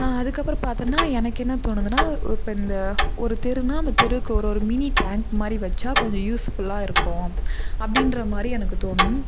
அதுக்கப்புறம் பாத்தோன்னா எனக்கு என்ன தோணுதுன்னா இப்போ இந்த ஒரு தெருன்னா அந்த தெருக்கு ஒரு ஒரு மினி டேங்க்கு மாதிரி வைச்சா கொஞ்சம் யூஸ்ஃபுல்லாக இருக்கும் அப்படின்ற மாதிரி எனக்கு தோணும்